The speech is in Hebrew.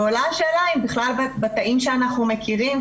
ועולה השאלה האם בכלל בתאים שאנחנו מכירים,